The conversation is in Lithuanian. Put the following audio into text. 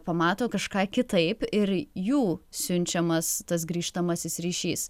pamato kažką kitaip ir jų siunčiamas tas grįžtamasis ryšys